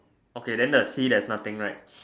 okay then the sea there's nothing right